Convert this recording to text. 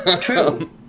True